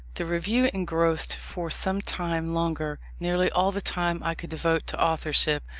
the review engrossed, for some time longer, nearly all the time i could devote to authorship,